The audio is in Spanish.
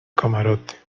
camarote